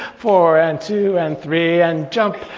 four, and two, and three, and jump,